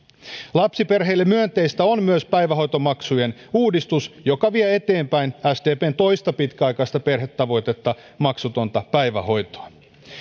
lapsiperheille myönteistä on myös päivähoitomaksujen uudistus joka vie eteenpäin sdpn toista pitkäaikaista perhetavoitetta maksutonta päivähoitoa